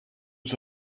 was